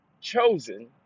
chosen